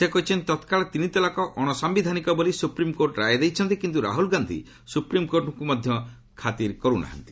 ସେ କହିଛନ୍ତି ତତ୍କାଳ ତିନି ତଲାକ୍ ଅଣସାୟିଧାନିକ ବୋଲି ସୁପ୍ରିମ୍କୋର୍ଟ ରାୟ ଦେଇଛନ୍ତି କିନ୍ତୁ ରାହୁଲ ଗାନ୍ଧି ସୁପ୍ରିମ୍କୋର୍ଟଙ୍କୁ ମଧ୍ୟ ଖାତିର କରୁ ନାହାନ୍ତି